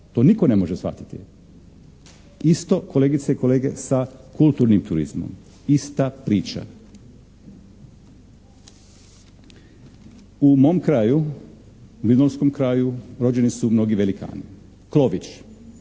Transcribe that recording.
To nitko ne može shvatiti. Isto, kolegice i kolege, sa kulturnim turizmom. Ista priča. U mom kraju, Vinodolskom kraju rođeni su mnogi velikani. Klović,